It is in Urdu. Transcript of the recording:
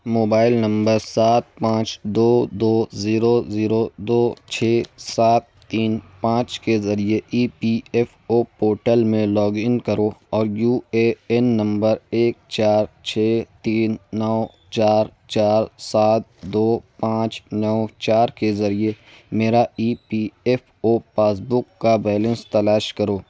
موبائل نمبر سات پانچ دو دو زیرو زیرو دو چھ سات تین پانچ کے ذریعے E P F O portal میں لاگ ان کرو اور یو اے این نمبر ایک چار چھ تین نو چار چار سات دو پانچ نو چار کے ذریعے میرا E P F O passbook کا بیلینس تلاش کرو